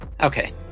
Okay